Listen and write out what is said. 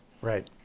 right